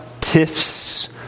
tiffs